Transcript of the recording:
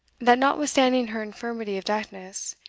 that, notwithstanding her infirmity of deafness,